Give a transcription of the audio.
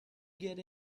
get